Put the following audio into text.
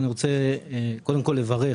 אני רוצה קודם כל לברך